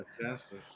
fantastic